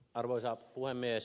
arvoisa puhemies